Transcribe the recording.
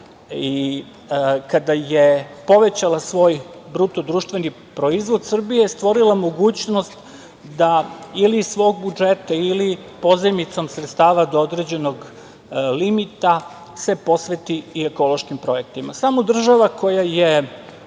i kada je povećala svoj BDP Srbija je stvorila mogućnost da ili iz budžeta ili pozajmicom sredstava do određenog limita se posveti i ekološkim projektima. Samo država koja je